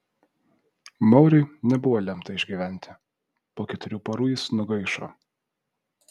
mauriui nebuvo lemta išgyventi po keturių parų jis nugaišo